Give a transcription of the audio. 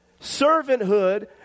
servanthood